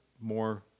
more